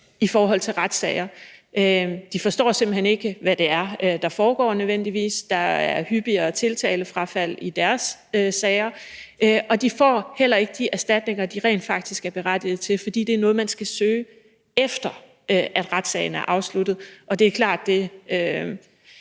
i forhold til retssager. De forstår simpelt hen nødvendigvis ikke, hvad det er, der foregår, der er hyppigere tiltalefrafald i deres sager, og de får heller ikke de erstatninger, de rent faktisk er berettiget til. For det er noget, man skal søge, efter at retssagen er afsluttet, og det er klart, at det